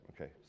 Okay